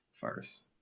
first